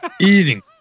Eating